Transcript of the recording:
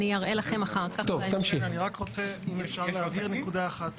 אני רק רוצה, אם אפשר, להבהיר נקודה אחת